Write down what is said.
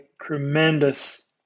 tremendous